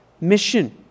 mission